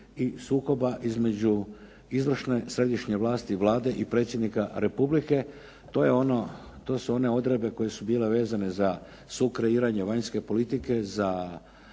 i sukoba između izvršne, središnje vlasti i Vlade i predsjednika republike. To je ono, to su one odredbe koje su bile vezane za sukreiranje vanjske politike, za